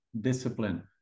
discipline